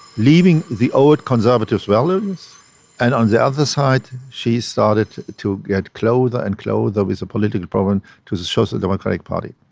leaving the old conservative values and on the other side she started to get closer and closer with the political program to the social democratic party.